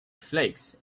flakes